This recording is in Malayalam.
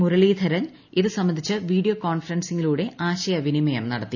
മുരളീധരൻ ഇതു സംബന്ധിച്ച് വീഡിയോ കോൺഫറൻസിലൂടെ ആശയ വിനിമയം നടത്തി